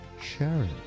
Sharon